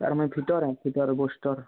sir ମୁଇଁ fitter ନା fitter booster